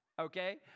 okay